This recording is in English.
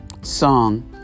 song